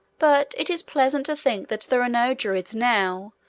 but it is pleasant to think that there are no druids, now,